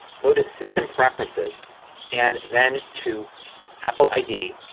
go to system preferences and then to apple id.